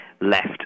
left